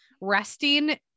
resting